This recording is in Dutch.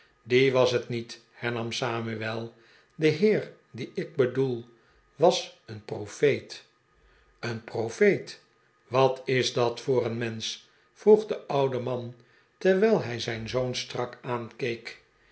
die was het niet hernam samuel de heer dien ik bedoel was een profeet een profeet wat is dat voor een mensch vroeg de oude man terwijl hij zijn zoon strak aankeek